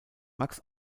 max